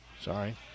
Sorry